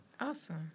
Awesome